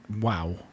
Wow